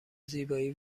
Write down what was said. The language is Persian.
زیبایی